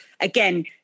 again